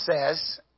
says